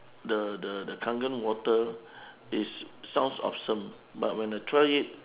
the the the kangen water is sounds awesome but when I try it